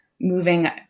moving